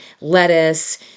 lettuce